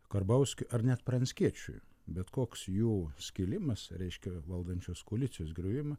karbauskiui ar net pranckiečiui bet koks jų skilimas reiškia valdančios koalicijos griuvimą